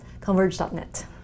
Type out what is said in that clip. Converge.net